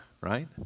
right